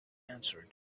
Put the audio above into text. answered